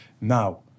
Now